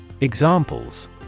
Examples